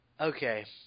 Okay